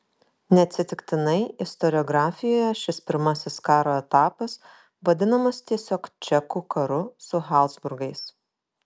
neatsitiktinai istoriografijoje šis pirmasis karo etapas vadinamas tiesiog čekų karu su habsburgais